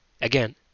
Again